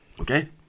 Okay